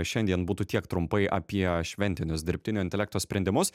šiandien būtų tiek trumpai apie šventinius dirbtinio intelekto sprendimus